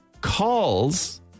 Calls